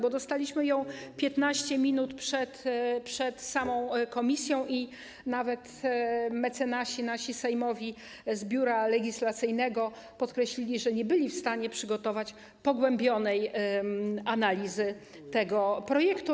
Bo dostaliśmy ją 15 minut przed samym posiedzeniem komisji i nawet nasi mecenasi sejmowi z Biura Legislacyjnego podkreślili, że nie byli w stanie przygotować pogłębionej analizy tego projektu.